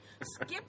skip